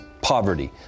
poverty